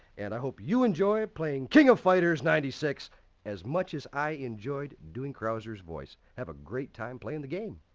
and i hope you enjoyed playing king of fighters ninety six as much as i enjoyed doing krauser's voice. have a great time playing the game!